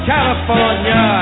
California